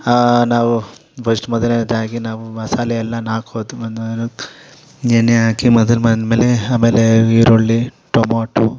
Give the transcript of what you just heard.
ನಾವು ಫಸ್ಟ್ ಮೊದಲನೇದಾಗಿ ನಾವು ಮಸಾಲೆಯಲ್ಲ ಎಣ್ಣೆ ಹಾಕಿ ಮದ್ರ್ ಮೇಲೆ ಆಮೇಲೆ ಈರುಳ್ಳಿ ಟೊಮೋಟೊ